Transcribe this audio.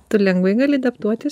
tu lengvai gali adaptuotis